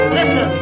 Listen